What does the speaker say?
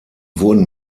wurden